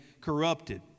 corrupted